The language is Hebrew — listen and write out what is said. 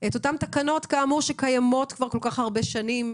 את אותן תקנות שקיימות כבר כל כך הרבה שנים,